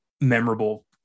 memorable